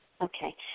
Okay